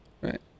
Right